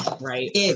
Right